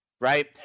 right